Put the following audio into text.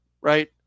Right